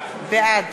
בעד